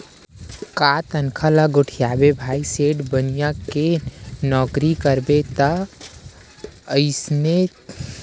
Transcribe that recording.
का तनखा ल गोठियाबे भाई सेठ बनिया के नउकरी करबे ता अइसने ताय एकक कन म पइसा काटथे कहूं छुट्टी मार देस ता